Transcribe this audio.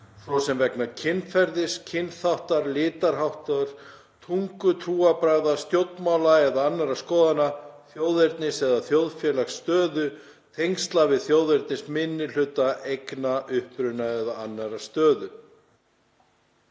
svo sem vegna kynferðis, kynþáttar, litarháttar, tungu, trúarbragða, stjórnmála- eða annarra skoðana, þjóðernis eða þjóðfélagsstöðu, tengsla við þjóðernisminnihluta, eigna, uppruna eða annarrar stöðu.“